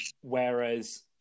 whereas